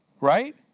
right